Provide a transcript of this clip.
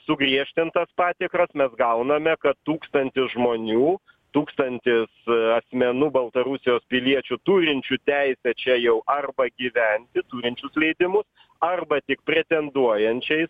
sugriežtintas patikros mes gauname kad tūkstantis žmonių tūkstantis asmenų baltarusijos piliečių turinčių teisę čia jau arba gyventi turinčius leidimus arba tik pretenduojančiais